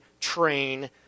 train